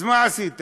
אז מה עשית?